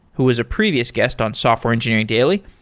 who is a previous guest on software engineering daily.